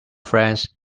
friends